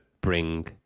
bring